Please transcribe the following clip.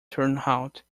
turnhout